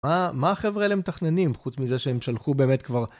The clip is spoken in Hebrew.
מה החבר'ה האלה מתכננים? חוץ מזה שהם שלחו באמת כבר...